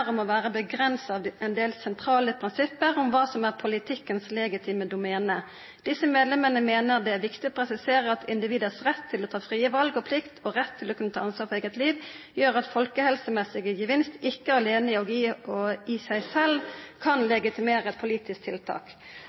om å «understreke at folkehelsearbeidets politiske virkemidler er, og må være, begrenset av en del sentrale prinsipper om hva som er politikkens legitime domene. Disse medlemmer mener det er viktig å presisere at individers rett til å ta frie valg og plikt og rett til å kunne ta ansvar for eget liv, gjør at folkehelsemessig gevinst ikke alene og i seg selv kan legitimere et politisk tiltak.»